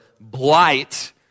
blight